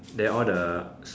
then all the